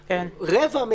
אבל רבע,